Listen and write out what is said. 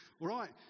right